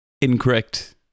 Incorrect